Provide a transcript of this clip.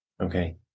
Okay